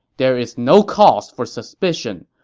there is no cause for suspicion.